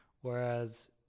whereas